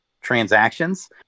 transactions